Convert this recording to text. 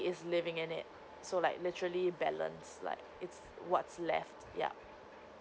is leaving in it so like literally balance like it's what's left yeah